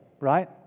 right